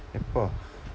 எப்போ:eppoo